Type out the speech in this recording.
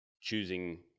choosing